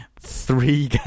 Three